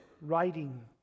writing